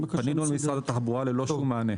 פנינו למשרד התחבורה - ללא שום מענה.